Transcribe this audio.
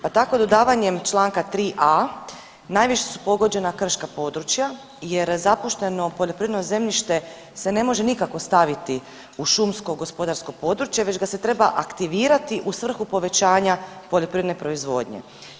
Pa tako dodavanjem Članka 3a. najviše su pogođena krška područja jer zapušteno poljoprivredno zemljište se nikako ne može staviti u šumsko gospodarsko područje već ga se treba aktivirati u svrhu povećanja poljoprivredne proizvodnje.